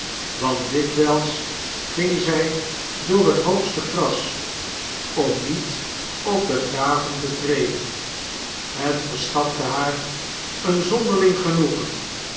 want dikwijls ging zij door het hoogste gras om niet op de graven te treden het verschafte haar een zonderling genoegen